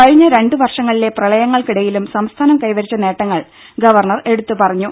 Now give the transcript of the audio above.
കഴിഞ്ഞ രണ്ടുവർഷങ്ങളിലെ പ്രളയങ്ങൾക്കിടയിലും സംസ്ഥാനം കൈവരിച്ച നേട്ടങ്ങൾ ഗവർണ്ണർ എടുത്തുപറഞ്ഞു